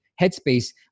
headspace